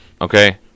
Okay